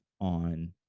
on